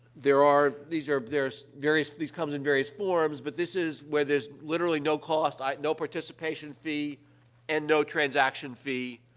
there are these are there's various these come in various forms, but this is where there's literally no cost, ah, no participation fee and no transaction fee.